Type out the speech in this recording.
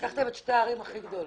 לקחתם את שתי הערים הכי גדולות.